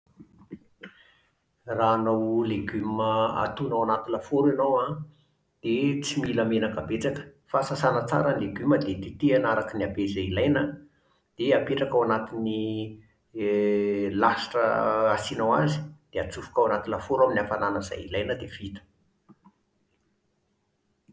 Raha hanao legioma atono ao anaty lafaoro ianao an, dia tsy mila menaka betsaka fa sasana tsara ny legioma dia tetehana araka ny habe izay ilaina an, dia apetraka ao anatin'ny eh lasitra asianao azy. Dia atsofoka ao anaty lafaoro amin'ny hafanana izay ilaina. Dia vita.